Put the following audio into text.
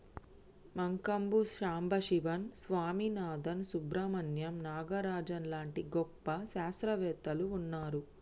మంకంబు సంబశివన్ స్వామినాధన్, సుబ్రమణ్యం నాగరాజన్ లాంటి గొప్ప శాస్త్రవేత్తలు వున్నారు